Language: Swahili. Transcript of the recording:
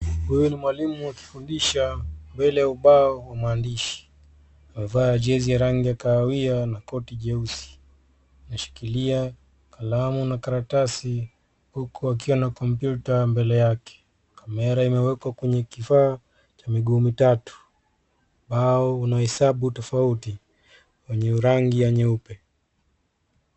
Huyu ni mwalimu akifundisha mbele ya ubao wa maandishi. Amevaa jezi ya rangi ya kahawia na koti jeusi. Ameshikilia kalamu na karatasi huku akiwa na kompyuta mbele yake. Kamera imewekwa kwenye kifaa cha miguu mitatu. Ubao una hesabu tofauti wenye rangi ya nyeupe.